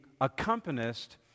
accompanist